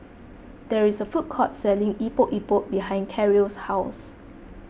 there is a food court selling Epok Epok behind Karyl's house